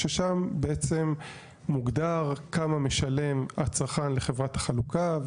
ששם בעצם מוגדר כמה משלם הצרכן לחברת החלוקה,